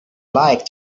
like